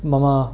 मम